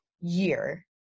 year